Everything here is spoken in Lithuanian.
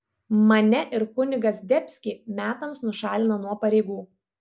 mane ir kunigą zdebskį metams nušalino nuo pareigų